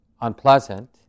unpleasant